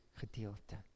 gedeelte